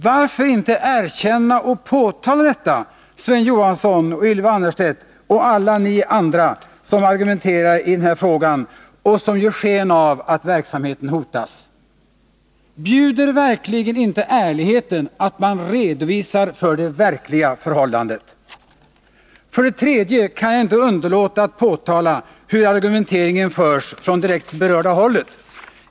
Varför inte erkänna detta, Sven Johansson, Ylva Annerstedt och alla andra som argumenterar i den här frågan och som vill ge sken av att verksamheten hotas? Bjuder verkligen inte ärligheten att man redovisar det verkliga förhållandet? För det tredje kan jag inte underlåta att påtala hur argumenteringen förs från det direkt berörda hållet.